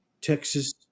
Texas